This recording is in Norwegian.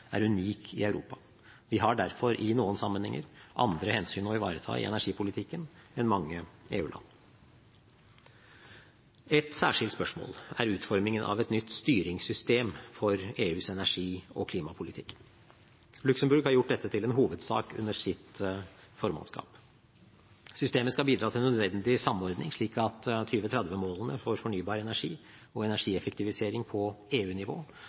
er unik i Europa. Vi har derfor i noen sammenhenger andre hensyn å ivareta i energipolitikken enn mange EU-land. Et særskilt spørsmål er utformingen av et nytt styringssystem for EUs energi- og klimapolitikk. Luxembourg har gjort dette til en hovedsak under sitt formannskap. Systemet skal bidra til nødvendig samordning, slik at 2030-målene for fornybar energi og energieffektivisering på